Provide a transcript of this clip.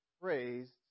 praised